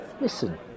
listen